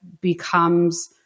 becomes